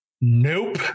Nope